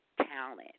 talent